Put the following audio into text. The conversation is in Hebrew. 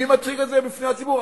מי מציג את זה בפני הציבור?